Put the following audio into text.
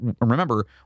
remember